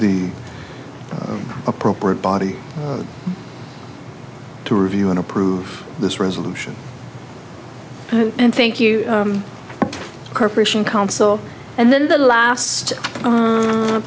the appropriate body to review and approve this resolution and thank you corporation counsel and then the last